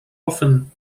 often